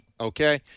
okay